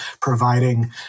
providing